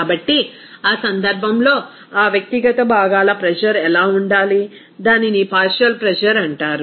కాబట్టి ఆ సందర్భంలో ఆ వ్యక్తిగత భాగాల ప్రెజర్ ఎలా ఉండాలి దానిని పార్షియల్ ప్రెజర్ అంటారు